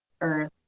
earth